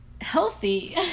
healthy